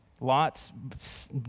Lot's